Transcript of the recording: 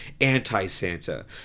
anti-Santa